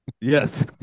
Yes